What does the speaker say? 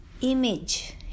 image